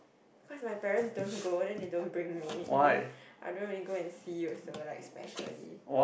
because my parent don't go then they don't bring me and then I don't really go and see also like specially